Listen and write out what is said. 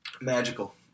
Magical